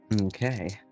okay